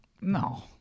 No